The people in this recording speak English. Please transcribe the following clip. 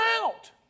out